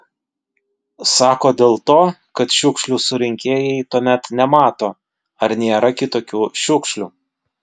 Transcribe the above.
sako dėl to kad šiukšlių surinkėjai tuomet nemato ar nėra kitokių šiukšlių